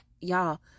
y'all